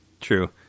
True